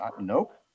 Nope